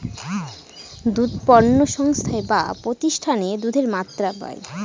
দুধ পণ্য সংস্থায় বা প্রতিষ্ঠানে দুধের মাত্রা পায়